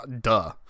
duh